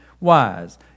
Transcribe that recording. wise